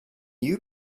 you